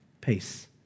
peace